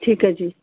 ਠੀਕ ਆ ਜੀ